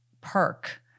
perk